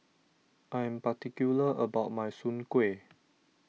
I'm particular about my Soon Kueh